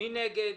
מי נגד,